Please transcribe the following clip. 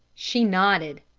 she nodded.